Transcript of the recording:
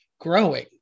growing